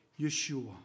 Yeshua